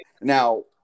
Now